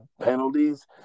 penalties